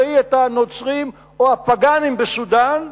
ראי את הנוצרים או הפגאנים בסודן.